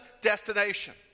destination